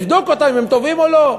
ואז את תדעי לבדוק אותם אם הם טובים או לא.